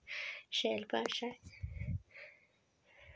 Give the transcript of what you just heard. शैल भाशा